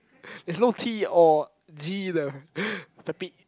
there's no T or G the